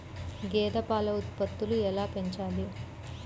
గేదె పాల ఉత్పత్తులు ఎలా పెంచాలి?